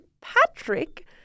Patrick